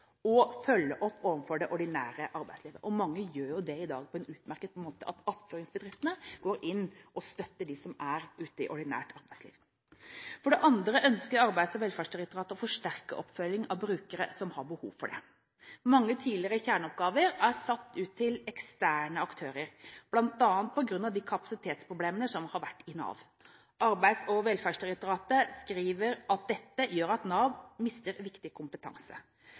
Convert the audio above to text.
å følge opp overfor det ordinære arbeidslivet. Mange gjør jo det i dag på en utmerket måte – attføringsbedriftene går inn og støtter dem som er ute i ordinært arbeidsliv. For det andre ønsker Arbeids- og velferdsdirektoratet å forsterke oppfølgingen av brukere som har behov for det. Mange tidligere kjerneoppgaver er satt ut til eksterne aktører, bl.a. på grunn av de kapasitetsproblemene som har vært i Nav. Arbeids- og velferdsdirektoratet skriver at dette gjør at Nav mister viktig kompetanse.